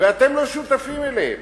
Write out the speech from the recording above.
ואתם לא שותפים להם.